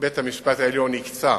בית-המשפט העליון הקצה